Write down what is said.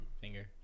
finger